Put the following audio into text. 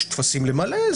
יש טפסים למלא,